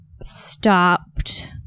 stopped